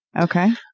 Okay